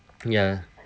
ya